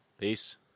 Peace